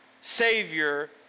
savior